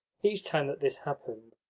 each time that this happened,